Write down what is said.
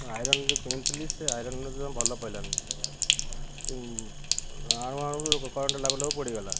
iron ଯେଉଁ କିଣିଥିଲି ସେ ଆଇରନ୍ ଭଲ ପଡ଼ିଲାନି ସେ ଆଣୁ ଆଣୁ କରେଣ୍ଟ ଲାଗୁ ଲାକୁ ପୋଡ଼ିଗଲା